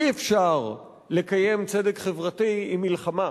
אי-אפשר לקיים צדק חברתי עם מלחמה,